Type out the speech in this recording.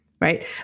Right